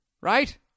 Right